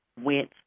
went